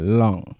long